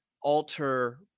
alter